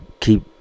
keep